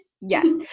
yes